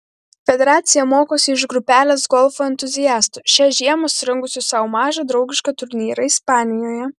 federacija mokosi iš grupelės golfo entuziastų šią žiemą surengusių sau mažą draugišką turnyrą ispanijoje